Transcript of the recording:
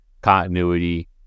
continuity